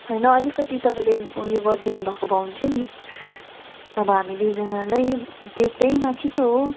होइन अलिकति तपाईँले उयो गरिदिनु भएको भए हुन्थ्यो नि नभए हामी दुईजानालाई ते त्यहीमाथि त हो